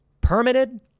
Permitted